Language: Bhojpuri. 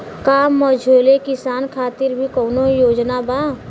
का मझोले किसान खातिर भी कौनो योजना बा?